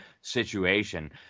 situation—